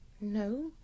No